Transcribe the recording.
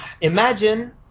Imagine